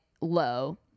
low